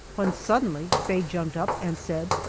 when suddenly faye jumped up and said,